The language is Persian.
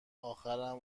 اخرم